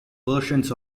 versions